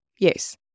Yes